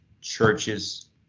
churches